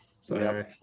Sorry